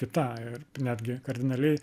kita ir netgi kardinaliai